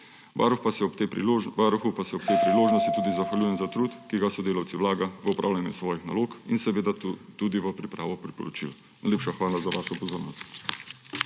Varuhu pa se ob tej priložnosti tudi zahvaljujem za trud, ki ga s sodelavci vlaga v opravljanje svojih nalog in seveda tudi v pripravo priporočil. Najlepša hvala za vašo pozornost.